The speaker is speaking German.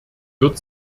wird